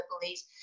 police